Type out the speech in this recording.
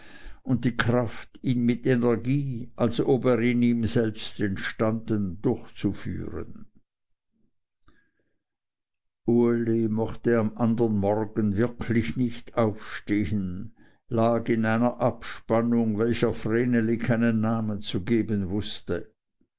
und die kraft ihn mit energie als ob er in ihm selbst entstanden durchzuführen uli mochte am andern morgen wirklich nicht aufstehen lag in einer abspannung welcher vreneli keinen namen zu geben wußte